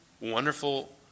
wonderful